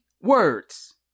words